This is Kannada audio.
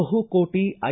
ಬಹುಕೋಟಿ ಐ